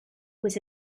was